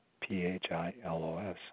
P-H-I-L-O-S